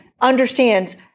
understands